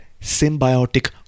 symbiotic